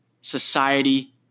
society